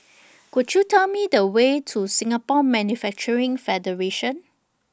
Could YOU Tell Me The Way to Singapore Manufacturing Federation